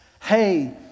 hey